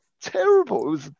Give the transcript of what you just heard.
terrible